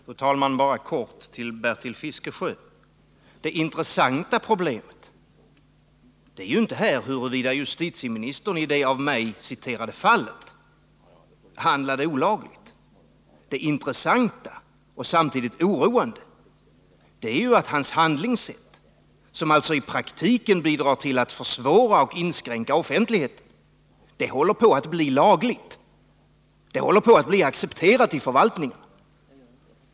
Fru talman! Bara kort till Bertil Fiskesjö: Det intressanta problemet här är ju inte huruvida justitieministern i det av mig citerade fallet handlat olagligt. Det intressanta och samtidigt oroande är att hans handlingssätt, som alltså i praktiken bidrar till att försvåra och inskränka offentligheten, håller på att bli lagligt — det håller på att bli accepterat i förvaltningen.